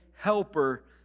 helper